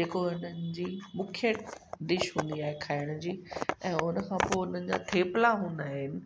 जेको इन्हनि जी मुख्य डिश हूंदी आहे खाइण जी ऐं उन खां पोइ हुननि जा थेपला हूंदा आहिनि